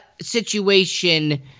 situation